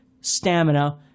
stamina